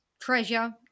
treasure